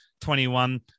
21